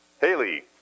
Haley